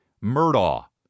Murdoch